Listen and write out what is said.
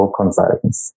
consultants